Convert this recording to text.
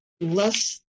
less